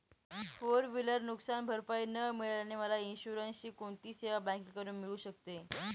Four wheeler नुकसानभरपाई न मिळाल्याने मला इन्शुरन्सची कोणती सेवा बँकेकडून मिळू शकते?